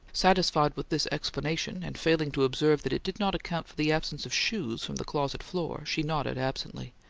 satisfied with this explanation, and failing to observe that it did not account for the absence of shoes from the closet floor, she nodded absently,